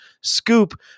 scoop